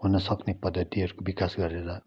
हुनसक्ने पद्धतिहरूको विकास गरेर